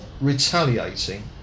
retaliating